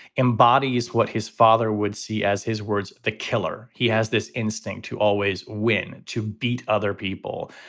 embodies what his father would see as his words, the killer. he has this instinct to always win, to beat other people,